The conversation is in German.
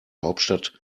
hauptstadt